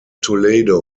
toledo